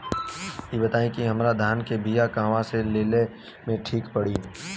इ बताईं की हमरा धान के बिया कहवा से लेला मे ठीक पड़ी?